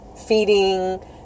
feeding